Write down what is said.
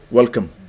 Welcome